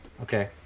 Okay